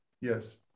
Yes